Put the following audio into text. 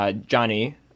Johnny